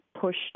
pushed